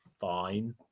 fine